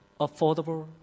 affordable